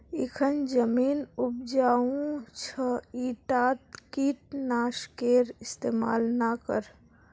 इखन जमीन उपजाऊ छ ईटात कीट नाशकेर इस्तमाल ना कर